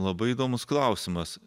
labai įdomus klausimas